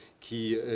qui